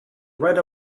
red